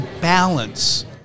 balance